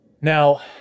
Now